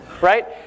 right